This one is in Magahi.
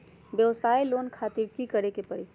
वयवसाय लोन खातिर की करे परी?